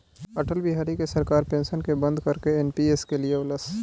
अटल बिहारी के सरकार पेंशन के बंद करके एन.पी.एस के लिअवलस